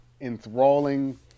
enthralling